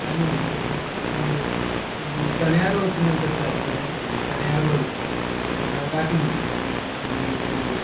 आनी चण्या रोस म्हण करतात चण्या चण्या रोस मुगां गाठी